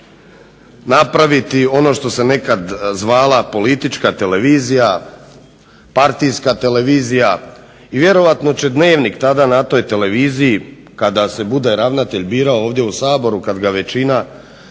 napraviti ono što se nekad zvala politička televizija, partijska televizija i vjerojatno će Dnevnik tada na toj televiziji kada se bude ravnatelj birao ovdje u Saboru, kad ga većina